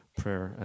prayer